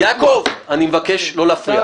יעקב, אני מבקש לא להפריע.